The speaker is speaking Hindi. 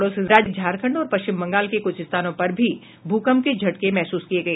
पड़ोसी राज्य झारखंड और पश्चिम बंगाल के कुछ स्थानों पर भी भूकम्प के झटके महसूस किए गए